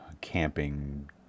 camping